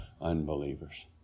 unbelievers